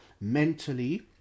mentally